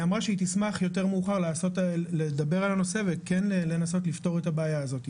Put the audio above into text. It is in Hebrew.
היא אמרה שהיא תשמח יותר מאוחר לדבר על הנושא ולנסות לפתור את הבעיה.